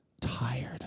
tired